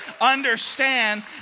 understand